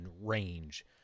range